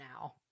now